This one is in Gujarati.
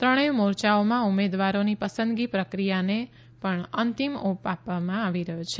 ત્રણેય મોરચાઓમાં ઉમેદવારોની પસંદગી પ્રક્રિયાને પણ અંતિમ ઓપ આપવામાં આવી રહ્યો છે